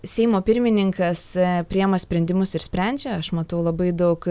seimo pirmininkas priima sprendimus ir sprendžia aš matau labai daug